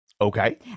Okay